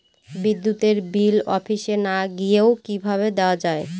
বিদ্যুতের বিল অফিসে না গিয়েও কিভাবে দেওয়া য়ায়?